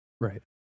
Right